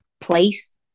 place